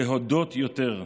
להודות יותר,